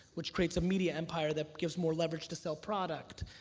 which creates a media empire that gives more leverage to sell product?